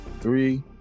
Three